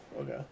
okay